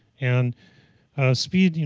and speed,